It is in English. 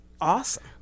awesome